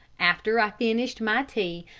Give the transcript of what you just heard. after i finished my tea,